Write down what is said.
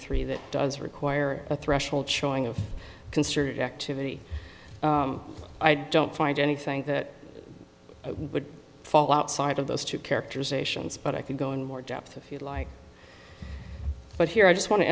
three that does require a threshold showing of concerted activity i don't find anything that would fall outside of those two characterizations but i could go in more depth if you like but here i just want to